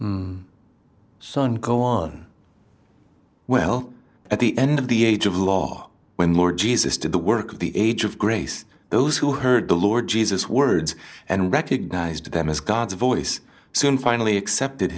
so on go on well at the end of the age of law when the lord jesus did the work at the age of grace those who heard the lord jesus words and recognized them as god's voice soon finally accepted